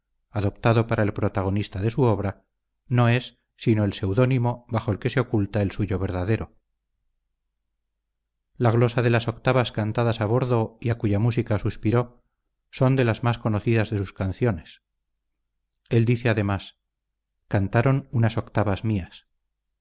obregón adoptado para el protagonista de su obra no es sino el pseudónimo bajo el que oculta el suyo verdadero la glosa de las octavas cantadas a bordo y a cuya música suspiró son de las más conocidas de sus canciones él dice además cantaron unas octavas mías